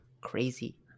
crazy